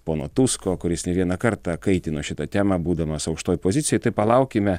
pono tusko kuris ne vieną kartą kaitino šitą temą būdamas aukštoj pozicijoj tai palaukime